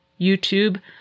YouTube